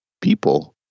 people